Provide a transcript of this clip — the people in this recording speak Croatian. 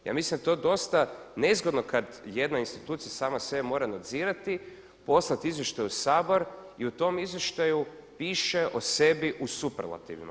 Ja mislim da je to dosta nezgodno kada jedna institucija sama sebe mora nadzirati, poslati izvještaj u Sabor i u tom izvještaju piše o sebi u superlativima.